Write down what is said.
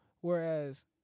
Whereas